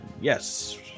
Yes